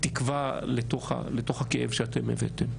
תקווה לתוך הכאב שאתן הבאתן.